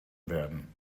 werden